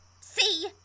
See